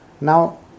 Now